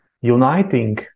uniting